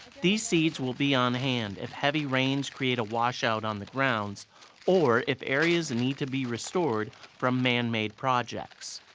these seeds will be on-hand if heavy rains create a washout on the grounds or if areas in need to be restored from manmade projects.